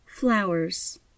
Flowers